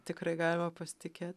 tikrai galima pasitikėt